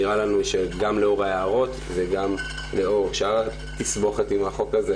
נראה לנו שגם לאור ההערות וגם לאור שאר התסבוכת עם החוק הזה,